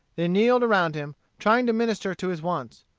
they kneeled around him, trying to minister to his wants.